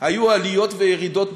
היו עליות וירידות בטרור,